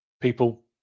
people